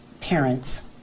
parents